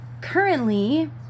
currently